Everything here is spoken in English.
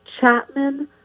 Chapman